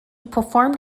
performed